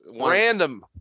Random